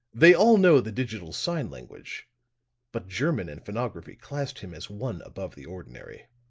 they all know the digital sign language but german and phonography classed him as one above the ordinary.